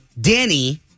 Danny